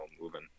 moving